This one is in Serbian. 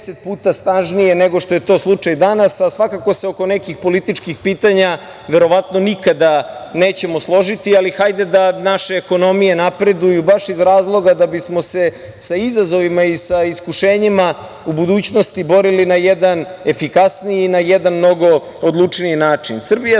puta snažnije, nego što je to slučaj danas, a svakako se oko nekih političkih pitanja verovatno nikada nećemo složiti, ali hajde da naše ekonomije napreduju, baš iz razloga da bismo se sa izazovima i sa iskušenjima u budućnosti borili na jedan efikasniji i na jedan mnogo odlučniji način. Srbija